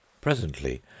presently